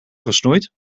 gesnoeid